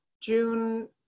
june